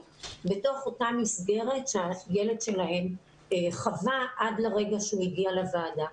בתוך אותה מסגרת שהילד שלהם חווה עד לרגע שהוא הגיע לוועדה.